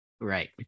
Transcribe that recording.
right